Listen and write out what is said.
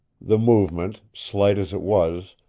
the movement, slight as it was,